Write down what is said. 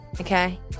okay